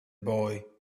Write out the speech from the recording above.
boy